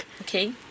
Okay